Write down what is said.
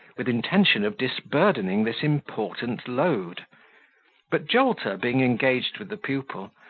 with intention of disburdening this important load but jolter being engaged with the pupil,